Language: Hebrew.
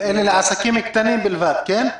אבל אלה לעסקים קטנים בלבד, כן?